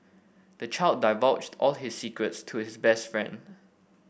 the child divulged all his secrets to his best friend